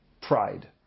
pride